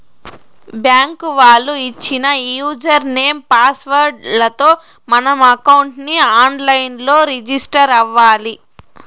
bank వాళ్ళు ఇచ్చిన user name, password లతో మనం అకౌంట్ ని ఆన్ లైన్ లో రిజిస్టర్ అవ్వాలి